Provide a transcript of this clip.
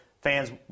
Fans